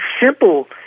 simple